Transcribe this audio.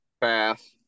pass